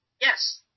Yes